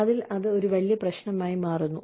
അതിനാൽ അത് ഒരു വലിയ പ്രശ്നമായി മാറുന്നു